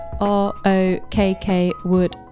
r-o-k-k-wood